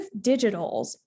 digitals